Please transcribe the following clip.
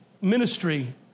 ministry